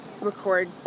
record